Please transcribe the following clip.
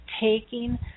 taking